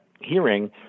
hearing